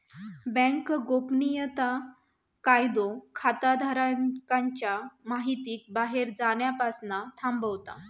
bank गोपनीयता कायदो खाताधारकांच्या महितीक बाहेर जाण्यापासना थांबवता